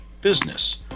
business